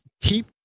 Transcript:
keep